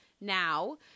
now